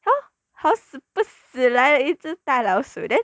hor 好死不死来了一只大老鼠 then